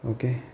Okay